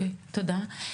אוקיי, תודה.